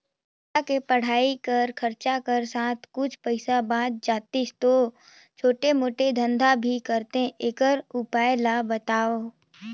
लइका के पढ़ाई कर खरचा कर साथ कुछ पईसा बाच जातिस तो छोटे मोटे धंधा भी करते एकस उपाय ला बताव?